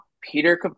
Peter